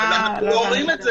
אבל אנחנו לא אומרים את זה.